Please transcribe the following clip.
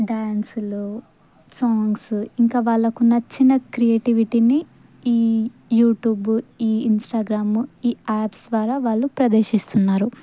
డ్యాన్సులు సాంగ్స్ ఇంకా వాళ్ళకు నచ్చిన క్రియేటివిటీని ఈ యూట్యూబ్ ఈ ఇన్స్టాగ్రామ్ ఈ యాప్స్ ద్వారా వాళ్ళు ప్రదర్శిస్తున్నారు